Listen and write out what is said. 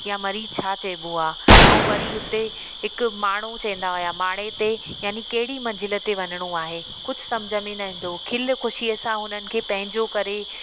या मरीज़ु छा चइबो आहे ऐं वरी हुते हिकु माण्हू चवंदा हुआ माड़े ते याने कहिड़ी मंज़िल ते वञिणो आहे कुझु सम्झ में न ईंदो हुओ खिल ख़ुशीअ सां हुननि खे पंहिंजो करे